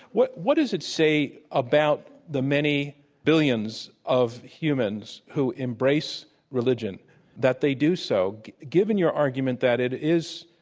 what what does it say about the many billions of humans who embrace religion that they do so given your argument that it is,